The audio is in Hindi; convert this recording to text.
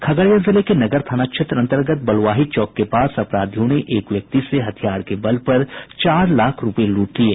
खगड़िया जिले के नगर थाना क्षेत्र अन्तर्गत बलुआही चौक के पास अपराधियों ने एक व्यक्ति से हथियार के बल पर चार लाख रूपये लूट लिये